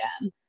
again